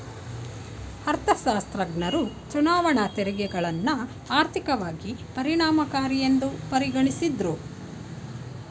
ಅರ್ಥಶಾಸ್ತ್ರಜ್ಞರು ಚುನಾವಣಾ ತೆರಿಗೆಗಳನ್ನ ಆರ್ಥಿಕವಾಗಿ ಪರಿಣಾಮಕಾರಿಯೆಂದು ಪರಿಗಣಿಸಿದ್ದ್ರು